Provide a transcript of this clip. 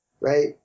Right